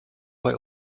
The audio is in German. bei